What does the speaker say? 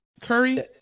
curry